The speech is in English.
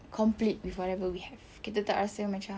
complete with whatever we have kita tak rasa macam